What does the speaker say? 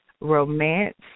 Romance